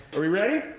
are we ready?